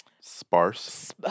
sparse